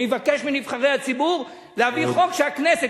שיבקש מנבחרי הציבור להעביר חוק שהכנסת,